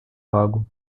lago